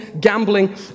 gambling